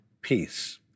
peace